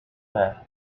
that